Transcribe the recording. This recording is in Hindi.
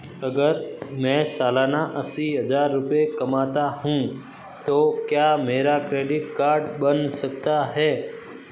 अगर मैं सालाना अस्सी हज़ार रुपये कमाता हूं तो क्या मेरा क्रेडिट कार्ड बन सकता है?